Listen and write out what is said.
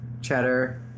cheddar